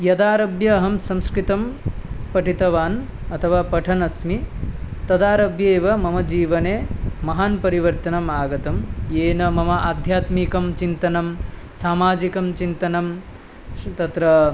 यदारभ्य अहं संस्कृतं पठित्वा अथवा पठन् अस्मि तदारभ्येव एव मम जीवने महान् परिवर्तनम् आगतं येन मम आध्यात्मिकचिन्तनं सामाजिकचिन्तनं